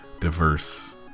diverse